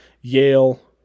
Yale